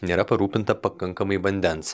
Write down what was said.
nėra parūpinta pakankamai vandens